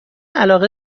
علاقه